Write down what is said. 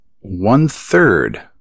one-third